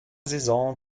saison